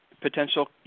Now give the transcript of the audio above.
potential